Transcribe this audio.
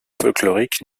folklorique